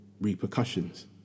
repercussions